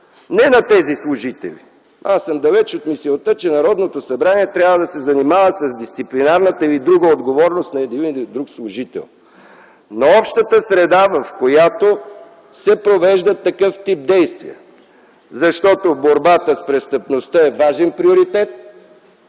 не на тези служители – аз съм далече от мисълта, че Народното събрание трябва да се занимава с дисциплинарната или друга отговорност на един или друг служител, но общата среда, в която се провеждат такъв тип действия. Защото борбата с престъпността е важен приоритет,